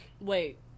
Wait